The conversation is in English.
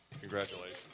Congratulations